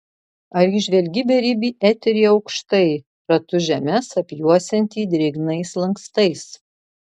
ar įžvelgi beribį eterį aukštai ratu žemes apjuosiantį drėgnais lankstais